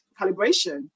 calibration